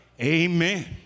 amen